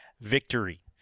victory